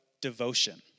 devotion